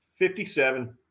57